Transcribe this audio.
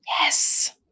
yes